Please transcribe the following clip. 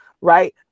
right